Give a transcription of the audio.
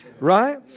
Right